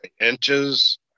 inches